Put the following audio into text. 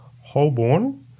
Holborn